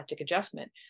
adjustment